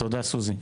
תודה, סוזי.